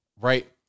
right